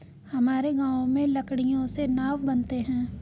हमारे गांव में लकड़ियों से नाव बनते हैं